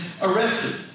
arrested